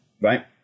right